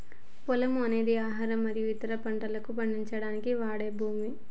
పొలము అనేది ఆహారం మరియు ఇతర పంటలను పండించడానికి వాడే భూమి